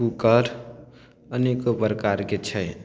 cooker अनेको प्रकरके छै